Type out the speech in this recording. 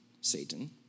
Satan